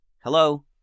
Hello